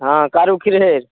हँ कारू खिरहरि